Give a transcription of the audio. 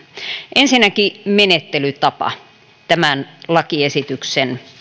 ensinnäkin menettelytapa tämän lakiesityksen